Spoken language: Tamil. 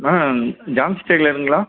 ma'am James டெய்லருங்களா